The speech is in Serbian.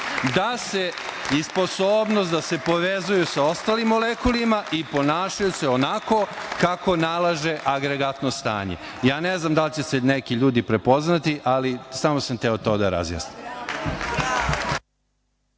i sposobnost da se povezuju sa ostlim molekulima i ponašaju se onako kako nalaže agregatno stanje. Ne znam da li će se neki ljudi prepoznati, ali samo sam to hteo da razjansim.